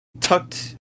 tucked